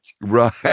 Right